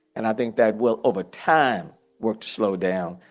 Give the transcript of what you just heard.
and i think that will over time work slow down.